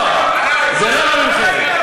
לא, זה לא מכם.